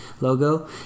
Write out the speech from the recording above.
logo